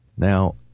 Now